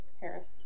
Harris